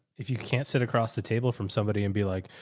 if you can't sit across the table from somebody and be like,